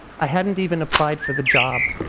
i hadn't even applied for the job.